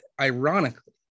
ironically